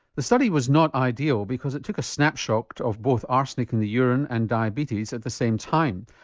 the study was not ideal because it took a snapshot of both arsenic in the urine and diabetes at the same time.